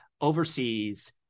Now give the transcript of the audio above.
overseas